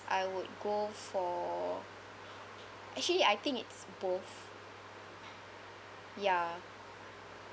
I would go for actually I think it's both ya